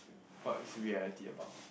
what is reality about